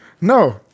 No